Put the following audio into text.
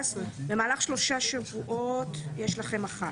במהלך שלושה שבועות יש לכם אחד.